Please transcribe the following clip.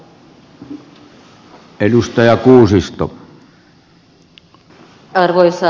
arvoisa puhemies